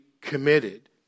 committed